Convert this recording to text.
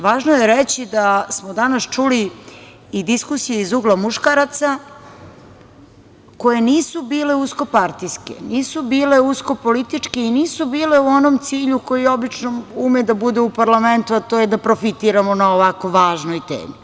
Važno je reći da smo danas čuli i diskusije iz ugla muškaraca, koje nisu bile uskopartijske, nisu bile uskopolitičke i nisu bile u onom cilju koji obično ume da bude u parlamentu, a to je da profitiramo na ovako važnoj temi.